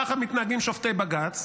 ככה מתנהגים שופטי בג"ץ.